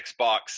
Xbox